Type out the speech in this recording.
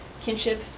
kinship